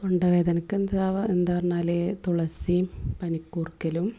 തൊണ്ടവേദനക്ക് എന്താകുക എന്താ പറഞ്ഞാൽ തുളസിയും പനികൂർക്കയിലും